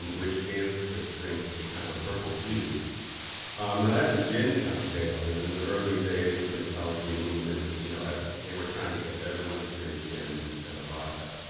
and which gives the drink a kind of a purple hue and it's a gin cocktail, and in the early days of the mixology movement you know ah they were trying to get everyone to drink gin instead of vodka,